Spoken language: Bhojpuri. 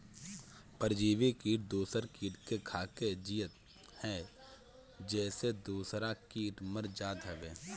परजीवी किट दूसर किट के खाके जियत हअ जेसे दूसरा किट मर जात हवे